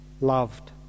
loved